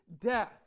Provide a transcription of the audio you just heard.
death